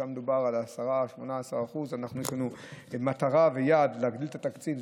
ששם מדובר על 10% 18%. לנו יש מטרה ויעד להגדיל את התקציב,